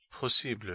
Possible